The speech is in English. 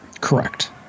Correct